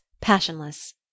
passionless